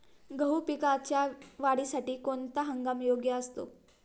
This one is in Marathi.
गहू पिकाच्या वाढीसाठी कोणता हंगाम योग्य असतो?